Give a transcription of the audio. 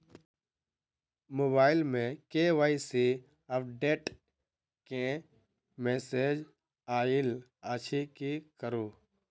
Mobile मे KYC update केँ message आइल अछि की करू?